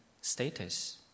status